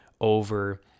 over